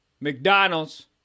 McDonald's